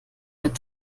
mit